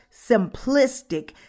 simplistic